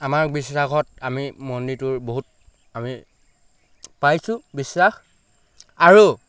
আমাৰ বিশ্বাসত আমি মন্দিৰটোৰ বহুত আমি পাইছোঁ বিশ্বাস আৰু